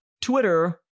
Twitter